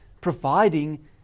providing